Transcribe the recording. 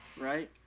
right